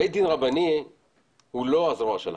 בית דין רבני הוא לא הזרוע שלכם.